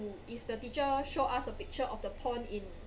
if the teacher shows us a picture of the pond in